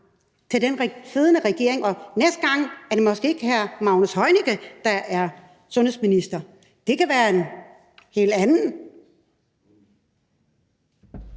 til den siddende regering, og næste gang er det måske ikke hr. Magnus Heunicke, der er sundhedsminister – det kan være en helt anden.